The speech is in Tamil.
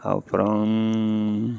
அப்புறம்